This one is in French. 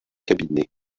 cabinet